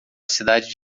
cidade